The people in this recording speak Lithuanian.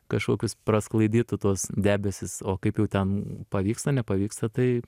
kažkokius prasklaidytų tuos debesis o kaip jau ten pavyksta nepavyksta tai